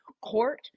court